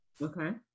Okay